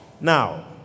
Now